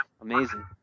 Amazing